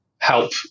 help